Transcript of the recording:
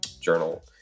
journal